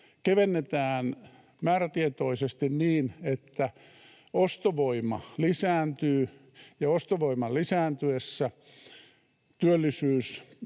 kevennetään määrätietoisesti niin, että ostovoima lisääntyy ja ostovoiman lisääntyessä työllisyys